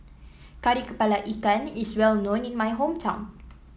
Kari kepala Ikan is well known in my hometown